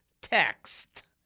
text